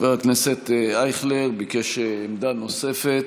חבר הכנסת אייכלר ביקש עמדה נוספת.